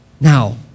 Now